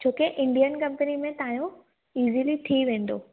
छोके Indian company में तव्हांजो इज़ीली थी वेंदो